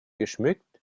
geschmückt